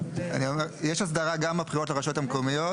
יש אסדרה גם בבחירות לרשויות המקומיות